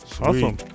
Awesome